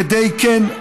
כדי כן,